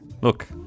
Look